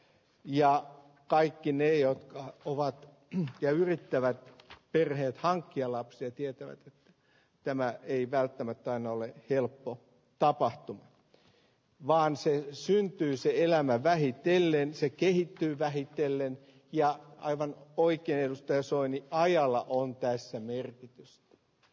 ja kaikki ne jotka ovat jo yrittävät perheet hankkia lapsia tietävät että tämä ei välttämättä aina ole helppo tapahtuma vaan se esiintyy siellä mä vähitellen se kehittyy vähitellen ja aivan oikein että soini kaijalla on tässä merkitys